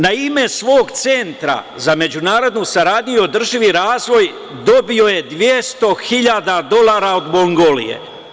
Na ime svog centra za međunarodnu saradnju, održivi razvoj, dobio je 200.000 dolara od Mongolije.